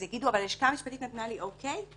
אז יגידו: הלשכה המשפטית נתנה לי אוקי.